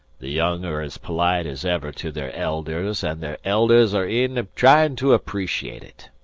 the young are as polite as ever to their elders, an' their elders are e'en tryin' to appreciate it.